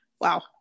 Wow